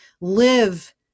live